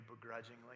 begrudgingly